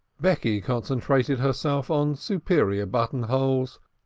becky concentrated herself on superior buttonholes,